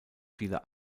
viele